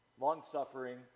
long-suffering